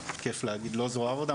כיף להגיד לא זרוע העבודה,